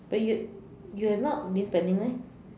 but you you have not been spending meh